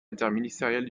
interministériel